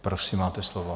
Prosím, máte slovo.